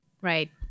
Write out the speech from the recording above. Right